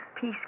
peace